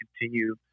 continue